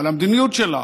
על המדיניות שלה,